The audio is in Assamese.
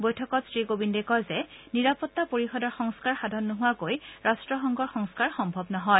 বৈঠকৰ শ্ৰীকোৱিন্দে কয় যে নিৰাপত্তা পৰিষদৰ সংস্কাৰ সাধন নোহোৱাকৈ ৰাট্টসংঘৰ সংস্কাৰ সম্ভৱ নহয়